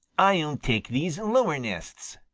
i'll take these lower nests,